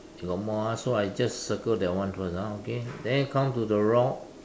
you got more ah so I just circle that one first ah okay then come to the rock